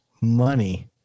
money